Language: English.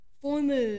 former